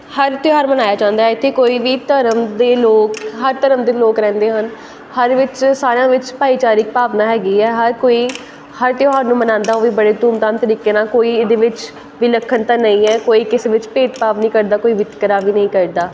ਹਰ ਤਿਉਹਾਰ ਮਨਾਇਆ ਜਾਂਦਾ ਇੱਥੇ ਕੋਈ ਵੀ ਧਰਮ ਦੇ ਲੋਕ ਹਰ ਧਰਮ ਦੇ ਲੋਕ ਰਹਿੰਦੇ ਹਨ ਹਰ ਵਿੱਚ ਸਾਰਿਆਂ ਵਿੱਚ ਭਾਈਚਾਰਕ ਭਾਵਨਾ ਹੈਗੀ ਹੈ ਹਰ ਕੋਈ ਹਰ ਤਿਉਹਾਰ ਨੂੰ ਮਨਾਉਂਦਾ ਉਹ ਵੀ ਬੜੇ ਧੂਮ ਧਾਮ ਤਰੀਕੇ ਨਾਲ ਕੋਈ ਇਹਦੇ ਵਿੱਚ ਵਿਲੱਖਣਤਾ ਨਹੀਂ ਹੈ ਕੋਈ ਕਿਸੇ ਵਿੱਚ ਭੇਦ ਭਾਵ ਨਹੀਂ ਕਰਦਾ ਕੋਈ ਵਿਤਕਰਾ ਵੀ ਨਹੀਂ ਕਰਦਾ